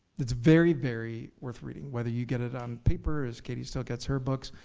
it's very, very worth reading, whether you get it um paper, as katie still gets her books,